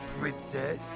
princess